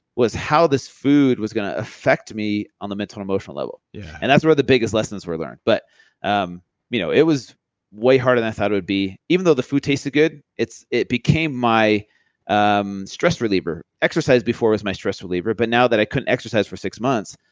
was how this food was going to affect me on the mental and emotional level yeah and that's where the biggest lessons were learned. but um you know it was way harder than i thought it would be. even though the food tasted good, it became my um stress reliever. exercise before was my stress reliever but now that i couldn't exercise for six months,